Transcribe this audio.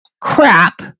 crap